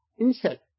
insect